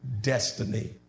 destiny